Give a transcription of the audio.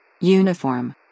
Uniform